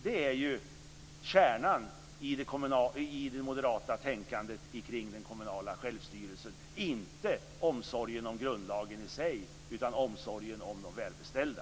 Det är ju kärnan i det moderata tänkandet kring den kommunala självstyrelsen. Det handlar inte om omsorgen om grundlagen i sig utan om omsorgen om de välbeställda.